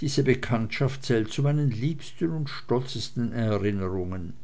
diese bekanntschaft zählt zu meinen liebsten und stolzesten erinnerungen